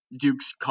Duke's